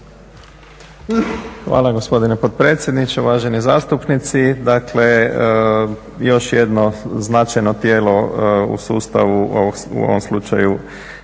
Hvala gospodine potpredsjedniče. Uvaženi zastupnici. Dakle još jedno značajno tijelo u sustavu u ovom slučaju